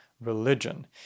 religion